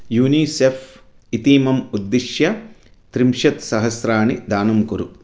UNICEF इतीमम् उद्दिश्य त्रिंशत्सहस्राणि दानं कुरु